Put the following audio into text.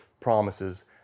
promises